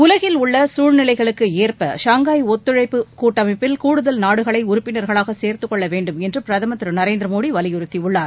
உலகில் உள்ள சூழ்நிலைகளுக்கு ஒத்தவாறு ஷங்காய் ஒத்துழைப்பு கூட்டமைப்பில் கூடுதல் நாடுகளை உறுப்பினர்களாக சேர்த்துக் கொள்ள வேண்டும் என்று பிரதமர் திருநரேந்திர மோடி வலியுறுத்தியுள்ளார்